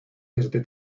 desde